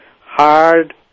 hard